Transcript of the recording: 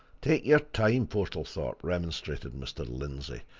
take your time, portlethorpe, remonstrated mr. lindsey,